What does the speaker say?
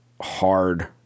hard